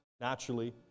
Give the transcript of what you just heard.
naturally